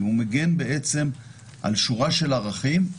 הוא בעצם מגן על שורה של ערכים.